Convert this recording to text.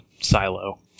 silo